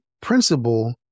principle